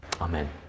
Amen